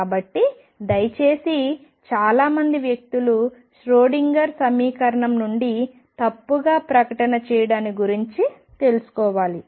కాబట్టి దయచేసి చాలా మంది వ్యక్తులు ష్రోడింగర్ సమీకరణం నుండి తప్పుగా ప్రకటన చేయడాన్ని గురించి తెలుసుకోవాలి